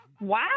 Wow